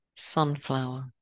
Sunflower